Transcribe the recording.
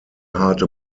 harte